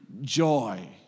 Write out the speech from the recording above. joy